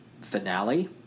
finale